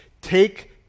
take